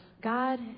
God